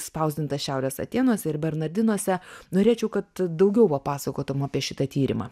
spausdinta šiaurės atėnuose ir bernardinuose norėčiau kad daugiau papasakotum apie šitą tyrimą